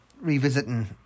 Revisiting